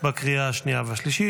לקריאה השנייה והשלישית.